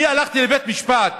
אני הלכתי לבית משפט